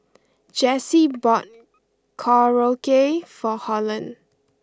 Jesse bought Korokke for Holland